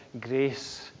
grace